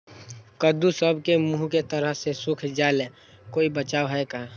कददु सब के मुँह के तरह से सुख जाले कोई बचाव है का?